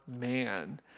man